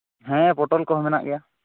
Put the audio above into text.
ᱦᱮᱸ ᱯᱚᱴᱚᱞ ᱠᱚᱦᱚᱸ ᱢᱮᱱᱟᱜ ᱜᱮᱭᱟ